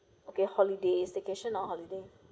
okay holidays staycation or holiday